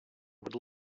would